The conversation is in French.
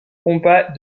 combats